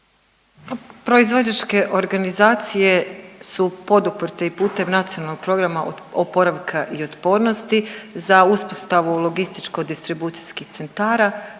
Proizvođačke organizacije su poduprte i putem Nacionalnog plana oporavka i otpornosti za uspostavu logističko-distribucijskih centara.